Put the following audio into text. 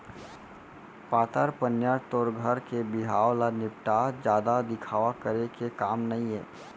पातर पनियर तोर घर के बिहाव ल निपटा, जादा दिखावा करे के काम नइये